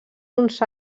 uns